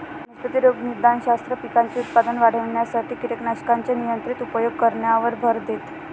वनस्पती रोगनिदानशास्त्र, पिकांचे उत्पादन वाढविण्यासाठी कीटकनाशकांचे नियंत्रित उपयोग करण्यावर भर देतं